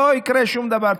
לא יקרה שום דבר,